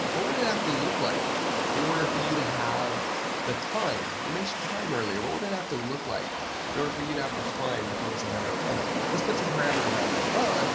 what would it have to look like in order for you to have the time? you mentioned time earlier? what would it have to look like in order for you to have the time and focus and have a family? let's put some parameters around that. well, and